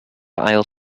aisle